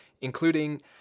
including